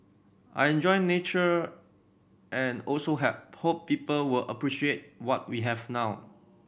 I enjoy nature and also help hope people were appreciate what we have now